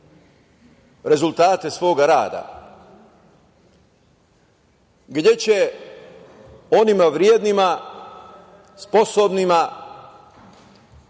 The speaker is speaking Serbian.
rezultate svoga rada, gde će onima vrednima, sposobnima